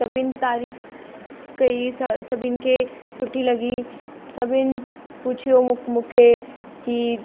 सभीनि तारीफ़ कई स सभीनि खे सुठी लॻी सभीनि पुछियो मु मूंखे की